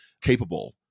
capable